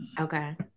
Okay